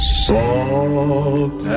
soft